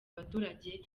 abaturage